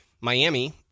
Miami